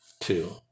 two